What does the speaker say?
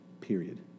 period